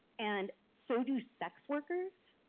and so do sex workers,